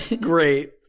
great